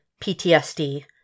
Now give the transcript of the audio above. PTSD